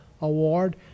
Award